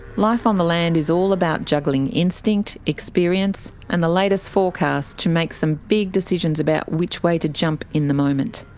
life on the land is all about juggling instinct, experience, and the latest forecasts to make some big decisions about which way to jump in the moment.